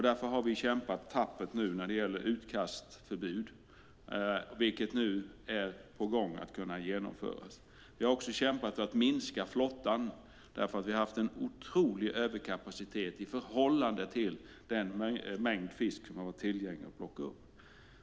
Vi har kämpat tappert när det gäller utkastförbud, vilket nu är på gång att kunna genomföras. Vi har också kämpat för att minska flottan, eftersom vi har haft en otrolig överkapacitet i förhållande till den mängd fisk som varit tillgänglig för att plocka upp.